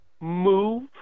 move